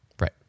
right